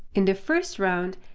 in the first round,